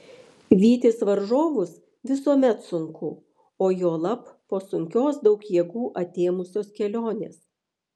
vytis varžovus visuomet sunku o juolab po sunkios daug jėgų atėmusios kelionės